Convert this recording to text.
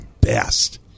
best